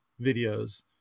videos